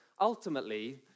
ultimately